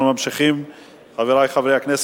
אנחנו ממשיכים בסדר-היום,